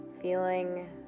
feeling